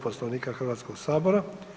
Poslovnika Hrvatskog sabora.